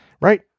right